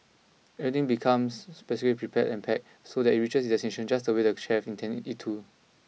everything becomes specially prepared and packed so that it reaches its destination just the way the chefs intend it to